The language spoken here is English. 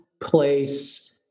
place